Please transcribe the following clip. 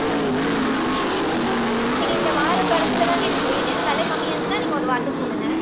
சரி சரிங்க சரி இந்த வார கடைசில தாங்க எனக்கு வேணும் வில கம்மியாச்சின்னா நீங்கள் ஒரு வார்த்தை சொல்லுங்கள்